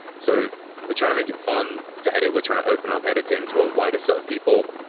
so we're trying to make it fun to edit. we're trying to open up editing to our wider set of people.